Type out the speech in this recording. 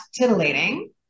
titillating